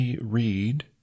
read